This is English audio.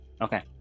Okay